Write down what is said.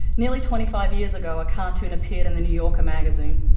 nearly twenty five years ago, a cartoon appeared in the new yorker magazine.